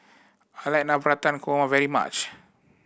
I like Navratan Korma very much